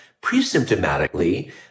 pre-symptomatically